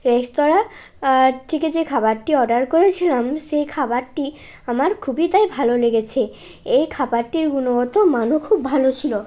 রেস্তোরাঁ আর থেকে যে খাবারটি অর্ডার করেছিলাম সেই খাবারটি আমার খুবই তাই ভালো লেগেছে এই খাবারটির গুণগত মানও খুব ভালো ছিল